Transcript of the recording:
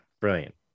brilliant